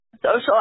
social